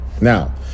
Now